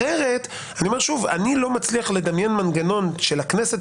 לחלוטין חושב אחרת ממך לגבי תפקיד יועצים